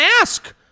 ask